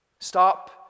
Stop